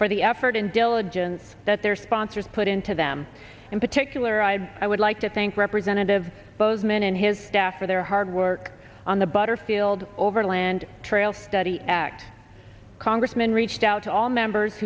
for the effort and diligence that their sponsors put into them in particular i i would like to thank representative bozeman and his staff for their hard work on the butterfield overland trail study act congressman reached out to all members